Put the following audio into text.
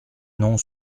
noms